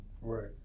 right